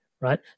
Right